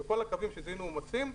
בכל הקווים שזיהנו עומסים,